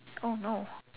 oh no